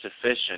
sufficient